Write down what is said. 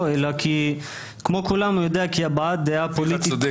אלא כי כמו כולם הוא יודע כי הבעת דעה פוליטית